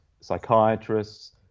psychiatrists